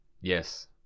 Yes